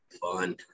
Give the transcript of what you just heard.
fun